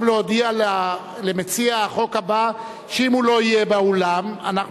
גם להודיע למציע החוק הבא שאם הוא לא יהיה באולם אנחנו